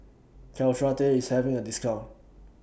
Caltrate IS having A discount